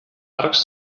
arcs